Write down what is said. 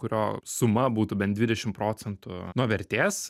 kurio suma būtų bent dvidešimt procentų nuo vertės